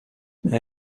محور